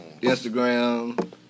Instagram